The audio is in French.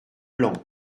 blanc